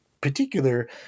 particular